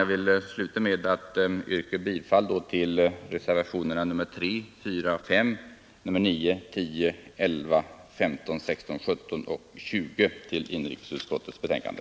Jag vill sluta med att yrka bifall till reservationerna 3, 4, 5, 9, 10, 11, 15, 16, 17 och 20 vid inrikesutskottets betänkande.